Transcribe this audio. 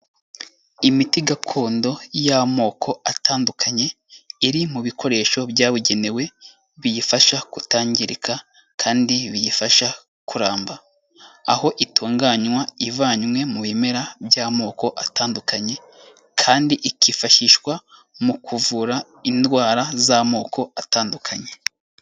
Imiti gakondo y'amoko atandukanye, iri mu bikoresho byabugenewe, biyifasha kutangirika kandi biyifasha kuramba, aho itunganywa ivanywe mu bimera by'amoko atandukanye kandi ikifashishwa mu kuvura indwara z'amoko atandukanye.